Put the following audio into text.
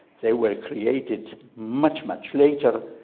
they were created much, much later.